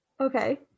Okay